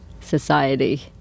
society